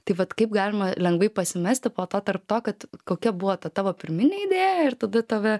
tai vat kaip galima lengvai pasimesti po to tarp to kad kokia buvo ta tavo pirminė idėja ir tada tave